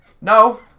No